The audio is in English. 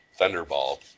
Thunderball